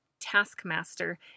taskmaster